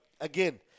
again